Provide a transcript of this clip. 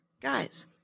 guys